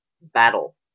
battle